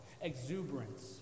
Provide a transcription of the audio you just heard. exuberance